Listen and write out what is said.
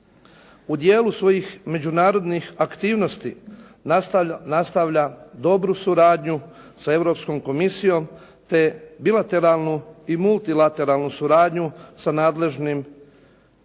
u dijelu svojih međunarodnih aktivnosti nastavlja dobru suradnju sa Europskom komisijom te bilateralnu i multilateralnu suradnju sa nadležnim tijelima